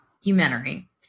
documentary